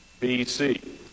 BC